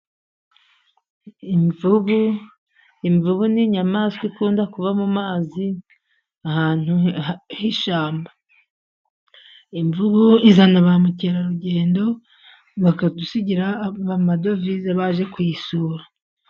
Imvubu, imvubu n'inyamaswa ikunda kuba mu mazi ahantu hishyamba. Imvubu izana bamukerarugendo bakadusigira amadovize bajye kuyisura.